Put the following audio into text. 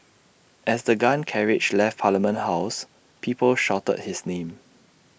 as the gun carriage left parliament house people shouted his name